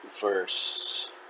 verse